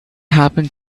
happen